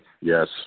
Yes